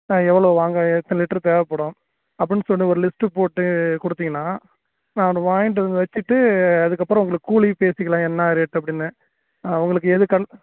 எவ்வளோ வாங்க எத்தனை லிட்டரு தேவைப்படும் அப்புடிட்னு சொல்லி ஒரு லிஸ்ட் போட்டு கொடுத்திங்கன்னா நான் அது வாங்கிட்டு வந்து வச்சிகிட்டு அதுக்கப்புறம் உங்களுக்கு கூலி பேசிக்கலாம் என்ன ரேட் அப்படின்னு ஆ உங்களுக்கு எது கன்